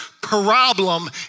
problem